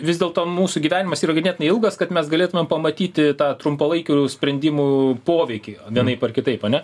vis dėl to mūsų gyvenimas yra ganėtinai ilgas kad mes galėtumėm pamatyti tą trumpalaikių sprendimų poveikį vienaip ar kitaip ane